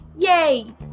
Yay